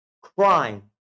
crime